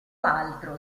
altro